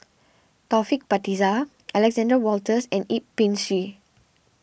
Taufik Batisah Alexander Wolters and Yip Pin Xiu